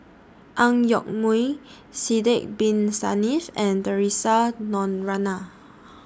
Ang Yoke Mooi Sidek Bin Saniff and Theresa Noronha